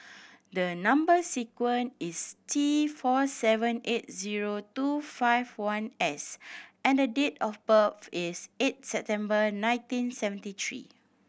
the number sequence is T four seven eight zero two five one S and the date of birth is eight September nineteen seventy three